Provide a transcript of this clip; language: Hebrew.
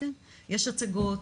כן, כן, יש הצגות.